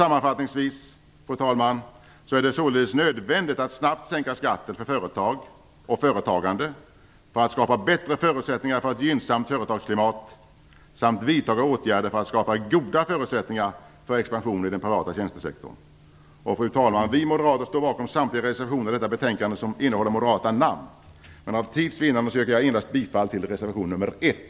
Sammanfattningsvis är det således nödvändigt att snabbt sänka skatten för företag och företagande för att skapa bättre förutsättningar för ett gynnsamt företagsklimat samt vidta åtgärder för att skapa goda förutsättningar för expansion i den privata tjänstesektorn. Fru talman! Vi moderater står bakom samtliga reservationer i detta betänkande som är undertecknade med moderata namn, men för tids vinnande yrkar jag endast bifall till reservation nr 1.